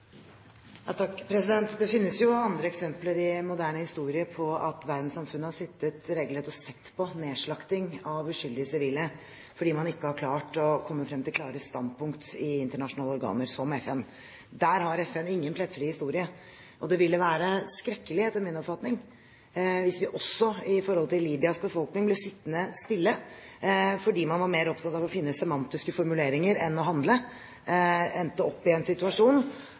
Det finnes jo andre eksempler i moderne historie på at verdenssamfunnet har sittet og sett på regelrett nedslakting av uskyldige sivile fordi man ikke har klart å komme frem til klare standpunkter i internasjonale organer som FN. Der har FN ingen plettfri historie, og det ville etter min oppfatning være skrekkelig hvis vi også når det gjelder Libyas befolkning, ble sittende stille fordi man var mer opptatt av å finne semantiske formuleringer enn å handle, og endte opp i en situasjon